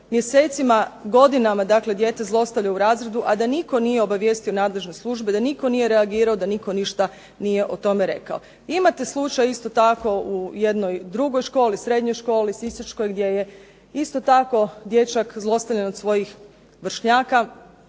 mjesecima, godinama dijete maltretira u razredu a da nitko nije obavijestio nadležne službe, a da nitko nije reagirao, da nitko ništa o tome nije rekao. Imate slučaj isto tako u jednoj drugoj školi, srednjoj školi, Sisačkoj gdje je isto tako dječak zlostavljan od svojih vršnjaka